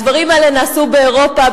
הדברים האלה נעשו באירופה,